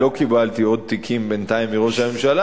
לא קיבלתי עוד תיקים בינתיים מראש הממשלה,